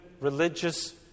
religious